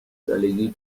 سالگی